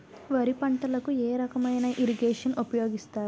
వరి పంటకు ఏ రకమైన ఇరగేషన్ ఉపయోగిస్తారు?